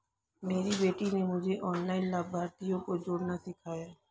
मेरी बेटी ने मुझे ऑनलाइन लाभार्थियों को जोड़ना सिखाया